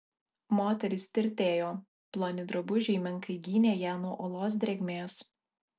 moteris tirtėjo ploni drabužiai menkai gynė ją nuo olos drėgmės